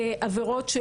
גם האזרחיות,